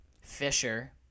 Fisher